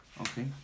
okay